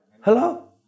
Hello